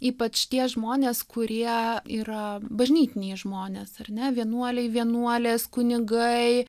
ypač tie žmonės kurie yra bažnytiniai žmonės ar ne vienuoliai vienuolės kunigai